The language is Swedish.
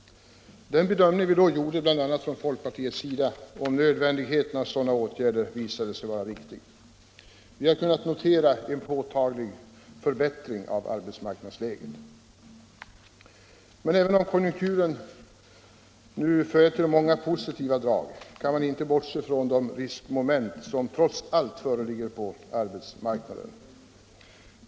Den bedömning vi då gjorde bl.a. från folkpartiets sida om nödvändigheten av sådana åtgärder visade sig riktig. Vi har kunnat notera en påtaglig förbättring av arbetsmarknadsläget. Även om konjunkturen nu företer många positiva drag, kan man inte bortse från de riskmoment som trots allt föreligger på arbetsmarknaden.